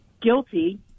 guilty